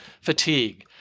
fatigue